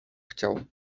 chciał